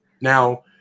Now